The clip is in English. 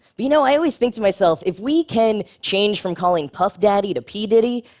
but you know i always think to myself, if we can change from calling puff daddy to p. diddy,